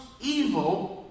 evil